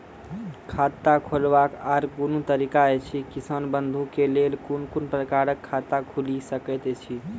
खाता खोलवाक आर कूनू तरीका ऐछि, किसान बंधु के लेल कून कून प्रकारक खाता खूलि सकैत ऐछि?